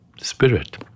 spirit